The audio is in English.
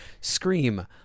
scream